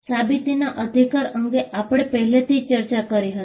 સાબિતીના અધિકાર અંગે આપણે પહેલેથી જ ચર્ચા કરી હતી